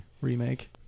remake